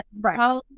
right